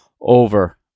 over